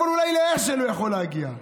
אבל אולי לאשל הוא יכול להגיע,